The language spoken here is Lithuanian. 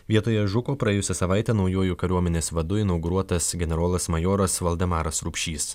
vietoje žuko praėjusią savaitę naujuoju kariuomenės vadu inauguruotas generolas majoras valdemaras rupšys